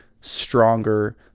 stronger